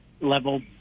level